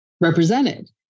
represented